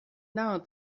naher